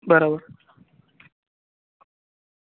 બરાબર